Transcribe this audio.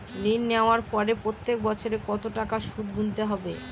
ঋণ নেওয়ার পরে প্রতি বছর কত টাকা সুদ গুনতে হবে?